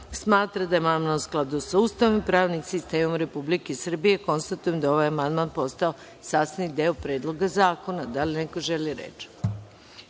smatra da je amandman u skladu sa Ustavom i pravnim sistemom Republike Srbije. Konstatujem da je ovaj amandman postao sastavni deo Predloga zakona. Da li neko želi reč?